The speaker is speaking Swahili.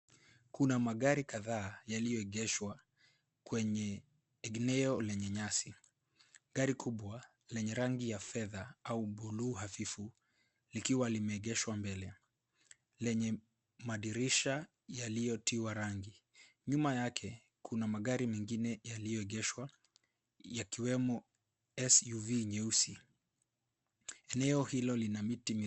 Kuna magari kadhaa yaliyoegeshwa kwenye eneo lenye nyasi. Gari kubwa lenye rangi ya fedha au buluu hafifu likiwa limeegeshwa mbele, lenye madirisha yaliyotiwa rangi. Nyuma yake, kuna magari mengine yaliyoegeshwa, yakiwemo SUV nyeusi. Eneo hilo lina miti mirefu.